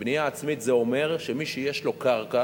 בנייה עצמית זה אומר שמי שיש לו קרקע